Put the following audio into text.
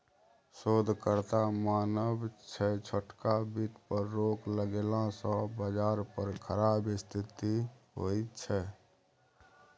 शोधकर्ताक मानब छै छोटका बित्त पर रोक लगेला सँ बजार पर खराब स्थिति होइ छै